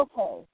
okay